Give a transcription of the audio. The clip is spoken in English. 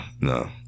no